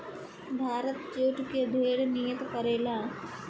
Bharat jute के ढेर निर्यात करेला